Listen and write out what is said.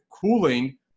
cooling